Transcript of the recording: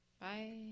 Bye